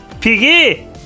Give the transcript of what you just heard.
piggy